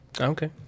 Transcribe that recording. Okay